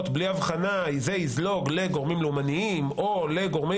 בלי הבחנה זה יזלוג לגורמים לאומניים או לגורמי